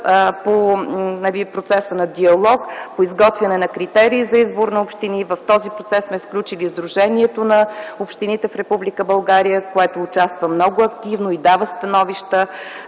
процеса на диалог по изготвяне на критерии за избор на общини. В този процес сме включили и Сдружението на общините в Република България, което участва много активно и дава становища.